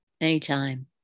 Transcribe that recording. Anytime